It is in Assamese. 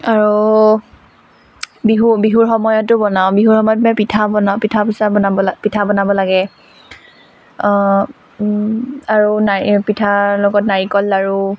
আৰু বিহু বিহুৰ সময়তো বনাওঁ বিহুৰ সময়ত মই পিঠা বনাওঁ পিঠা পিছা বনাব লা পিঠা বনাব লাগে আৰু নাৰি পিঠাৰ লগত নাৰিকল লাড়ু